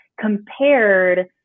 compared